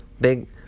big